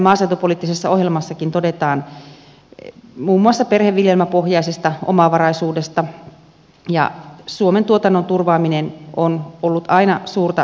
maaseutupoliittisessa ohjelmassakin todetaan muun muassa perheviljelmäpohjaisesta omavaraisuudesta ja suomen tuotannon turvaaminen on ollut aina suurta viisautta